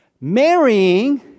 marrying